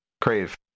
Crave